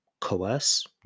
coerce